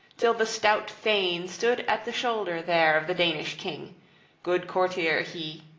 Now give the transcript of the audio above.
till the stout thane stood at the shoulder there of the danish king good courtier he!